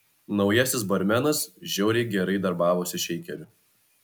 naujasis barmenas žiauriai gerai darbavosi šeikeriu